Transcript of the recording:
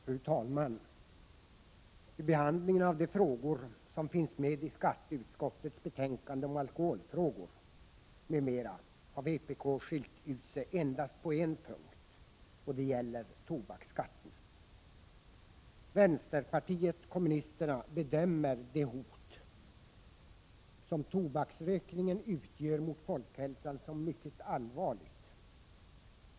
Fru talman! Vid behandlingen av de frågor som finns med i skatteutskottets betänkande om alkoholfrågor m.m. har vpk skilt ut sig endast på en punkt, och det gäller tobaksskatten. Vänsterpartiet kommunisterna bedömer det hot som tobaksrökningen utgör mot folkhälsan som mycket allvarligt.